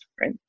right